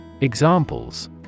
Examples